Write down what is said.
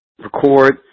record